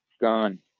gone